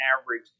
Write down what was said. average